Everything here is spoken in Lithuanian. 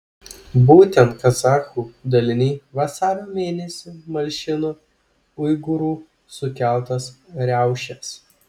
būtent kazachų daliniai vasario mėnesį malšino uigūrų sukeltas riaušes